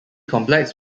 complex